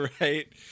right